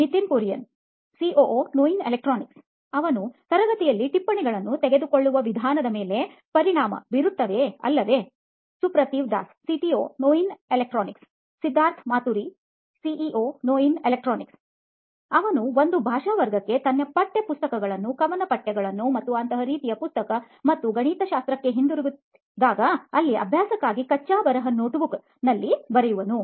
Nitin Kurian COO Noyin Electronics ಅವನು ತರಗತಿಯಲ್ಲಿ ಟಿಪ್ಪಣಿಗಳನ್ನು ತೆಗೆದುಕೊಳ್ಳುವ ವಿಧಾನದ ಮೇಲೆ ಪರಿಣಾಮ ಬೀರುತ್ತದೆಅಲ್ಲವೇ Suprativ Das CTO Noyin Electronics Siddharth Maturi CEO Noyin Electronics ಅವನು ಒಂದು ಭಾಷಾ ವರ್ಗಕ್ಕೆ ತನ್ನ ಪಠ್ಯ ಪುಸ್ತಕಗಳನ್ನು ಕವನ ಪಠ್ಯಗಳನ್ನು ಮತ್ತು ಅಂತಹ ರೀತಿಯ ಪುಸ್ತಕ ಮತ್ತು ಗಣಿತಶಾಸ್ತ್ರಕ್ಕೆ ಹಿಂತಿರುಗಿದಾಗ ಅಲ್ಲಿ ಅಭ್ಯಾಸಕ್ಕಾಗಿ ಕಚ್ಚಾ ಬರಹ ನೋಟ್ಬುಕ್ ನಲ್ಲಿ ಬರೆಯುವುದು